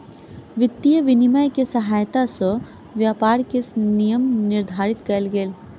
वित्तीय विनियम के सहायता सॅ व्यापार के नियम निर्धारित कयल गेल